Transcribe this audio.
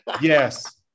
Yes